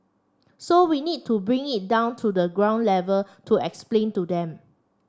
so we need to bring it down to the ground level to explain to them